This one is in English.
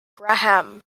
graham